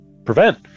prevent